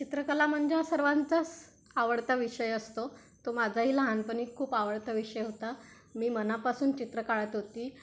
चित्रकला म्हणजे हा सर्वांचाच आवडता विषय असतो तो माझाही लहानपणी खूप आवडता विषय होता मी मनापासून चित्र काढत होती